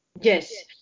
Yes